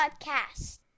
podcast